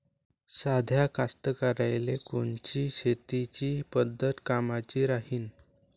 साध्या कास्तकाराइले कोनची शेतीची पद्धत कामाची राहीन?